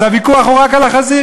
אז הוויכוח הוא רק על החזירים.